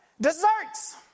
desserts